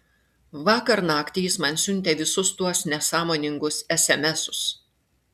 vakar naktį jis man siuntė visus tuos nesąmoningus esemesus